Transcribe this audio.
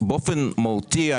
באופן מהותי,